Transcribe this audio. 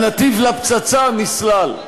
הנתיב לפצצה נסלל.